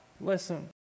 Listen